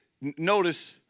notice